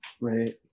right